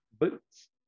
boots